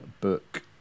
book